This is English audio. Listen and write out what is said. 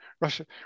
Russia